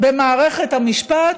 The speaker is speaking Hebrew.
במערכת המשפט,